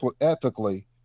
ethically